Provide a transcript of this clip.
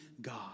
God